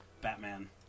Batman